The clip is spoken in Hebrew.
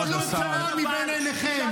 טלו קורה מבין עיניכם.